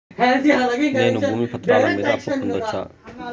నేను భూమి పత్రాల మీద అప్పు పొందొచ్చా?